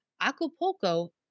Acapulco